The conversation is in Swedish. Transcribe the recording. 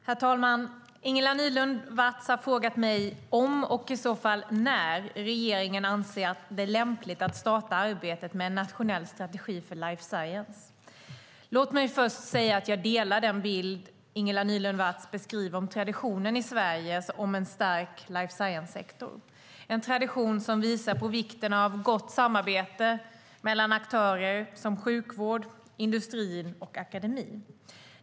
Herr talman! Ingela Nylund Watz har frågat mig om, och i så fall när, regeringen anser det lämpligt att starta arbetet med en nationell strategi för life science. Låt mig först säga att jag delar den bild Ingela Nylund Watz beskriver om traditionen i Sverige om en stark life science-sektor. En tradition som visar på vikten av gott samarbete mellan aktörer som sjukvård, industri och akademi.